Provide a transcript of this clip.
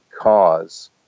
cause